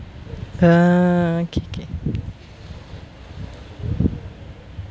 err okay okay